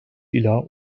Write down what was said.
ila